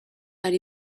hari